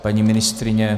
Paní ministryně?